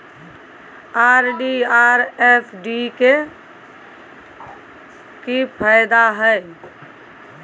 RD आर FD के की फायदा हय?